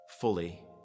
fully